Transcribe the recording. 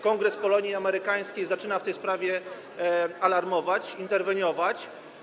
Kongres Polonii Amerykańskiej zaczyna w tej sprawie alarmować, interweniować.